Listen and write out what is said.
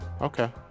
Okay